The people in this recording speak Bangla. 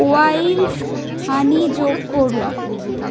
ওয়াইল্ড হানি যোগ করুন